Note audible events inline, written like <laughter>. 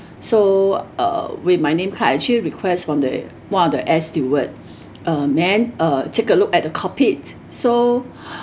so uh with my name card I actually request from the one of the air steward uh man uh take a look at the cockpit so <breath>